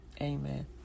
Amen